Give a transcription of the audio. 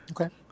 Okay